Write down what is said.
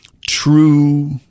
true